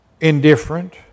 indifferent